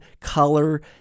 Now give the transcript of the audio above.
color